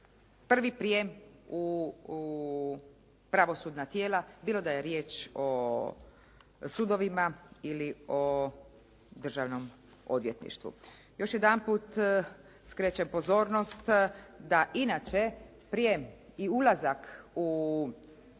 prvi prijem u pravosudna tijela, bilo da je riječ o sudovima ili o državnom odvjetništvu. Još jedanput skrećem pozornost da inače prijem i ulazak u